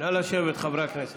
נא לשבת, חברי הכנסת.